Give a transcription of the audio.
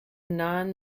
non